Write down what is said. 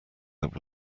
that